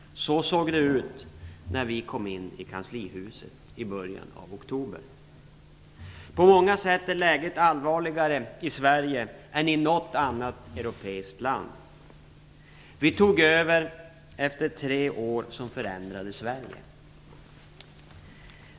Så såg det ut när vi kom in i kanslihuset i början av oktober. På många sätt är läget allvarligare i Sverige än i något annat europeiskt land. Vi tog över efter tre år som förändrade Sverige.